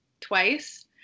twice